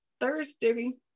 thursday